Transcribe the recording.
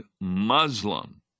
Muslim